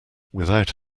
without